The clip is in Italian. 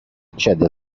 accede